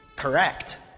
correct